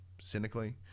Cynically